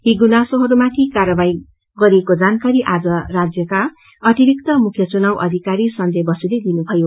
यी गुनसोहरूमाथि कार्यवाही गरिएको जानाकारी आज राज्यका अतिरिक्त मुख्य चुाव अध्किारी संजय बसुले दिनुभयो